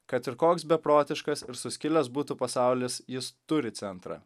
kad ir koks beprotiškas ir suskilęs būtų pasaulis jis turi centrą